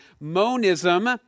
Monism